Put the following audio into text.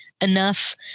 enough